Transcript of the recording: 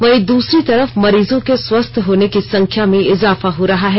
वहीं दूसरी तरफ मरीजों के स्वस्थ होने की संख्या में इजाफा हो रहा है